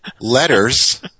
Letters